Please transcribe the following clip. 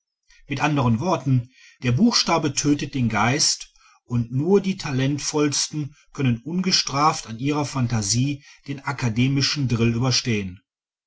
mit anderen worten der buchstabe tötet den geist und nur die talentvollsten können ungestraft an ihrer phantasie den akademischen drill überstehen